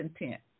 intent